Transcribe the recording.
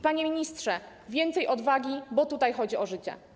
Panie ministrze, więcej odwagi, bo tutaj chodzi o życie.